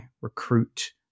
recruit